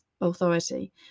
authority